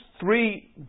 three